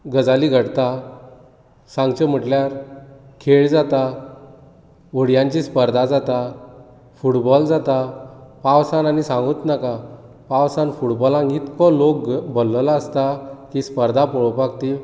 गजाली घडतात सांगचे म्हटल्यार खेळ जाता व्हड्यांची स्पर्धा जाता फुटबॉल जाता पावसान आनी सांगूच नाका पावसान फुटबॉलाक इतलो लोक भरलेलो आसता की स्पर्धा पळोवपाक ती